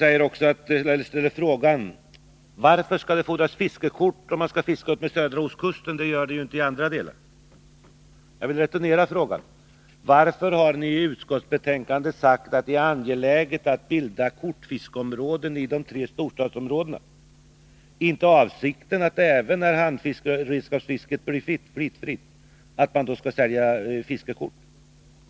Åke Wictorsson ställer följande fråga: Varför skall det erfordras fiskekort om man skall fiska utmed södra ostkusten när det inte behövs för andra delar? Jag vill returnera frågan: Varför säger ni i utskottsbetänkandet att det är angeläget att kortfiskeområden bildas i de tre storstadsområdena? Är inte avsikten att man skall sälja fiskekort även sedan handredskapsfisket blivit fritt?